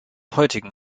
heutigen